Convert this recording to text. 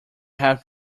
have